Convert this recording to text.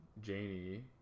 Janie